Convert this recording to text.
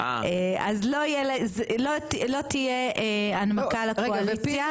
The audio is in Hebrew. לא תהיה הנמקה לקואליציה.